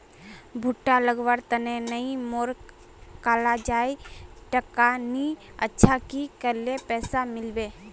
भुट्टा लगवार तने नई मोर काजाए टका नि अच्छा की करले पैसा मिलबे?